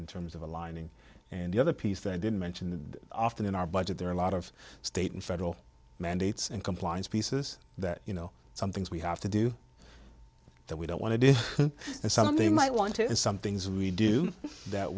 in terms of aligning and the other piece that i didn't mention that often in our budget there are a lot of state and federal mandates and compliance pieces that you know some things we have to do that we don't want to do and something might want to some things we do that